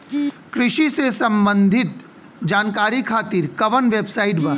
कृषि से संबंधित जानकारी खातिर कवन वेबसाइट बा?